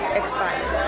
expired